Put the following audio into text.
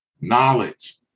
Knowledge